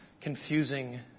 confusing